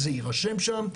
זה יירשם שם,